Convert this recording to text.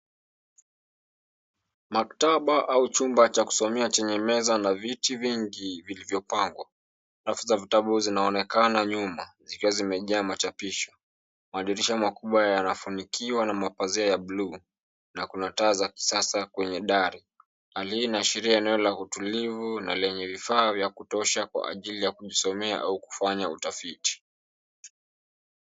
Maktaba au chumba cha kusomea chenye meza na viti vingi vilivyopangwa. Rafu za vitabu zinaonekana nyuma zikiwa zimejaa machapisho. Madirisha makubwa yanafunikiwa na mapazia ya bluu, na kuna taa za kisasa kwenye dari. Hali hii inaashiria eneo la utulivu na lenye vifaa vya kutosha kwa ajili ya kusomea au kufanya utafiti.